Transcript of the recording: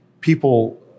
people